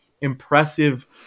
impressive